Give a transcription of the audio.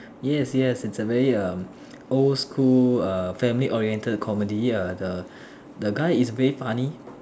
yes yes it's a very um old school err family oriented comedy err the the guy is very funny